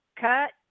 cut